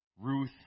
Ruth